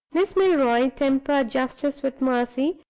miss milroy tempered justice with mercy,